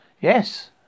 Yes